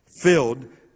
filled